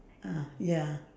ah ya